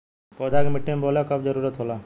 पौधा के मिट्टी में बोवले क कब जरूरत होला